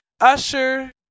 Usher